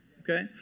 okay